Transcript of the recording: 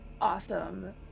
Awesome